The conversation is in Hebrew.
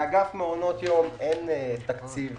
לאגף מעונות יום אין תקציב